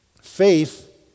Faith